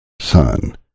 Son